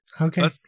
Okay